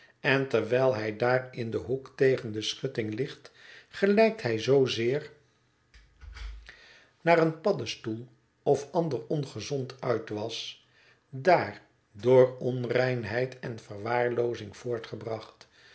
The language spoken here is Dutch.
en terwijl hij daar in den hoek tegen de schutting ligt gelijkt hij zoo zeer naar een paddestoel of ander ongezond uitwas daar door onreinheid en verwaarloozing voortgebracht